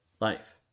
life